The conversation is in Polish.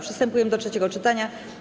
Przystępujemy do trzeciego czytania.